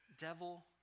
devil